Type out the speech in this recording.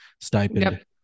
stipend